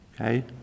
Okay